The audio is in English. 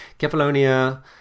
Cephalonia